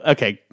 Okay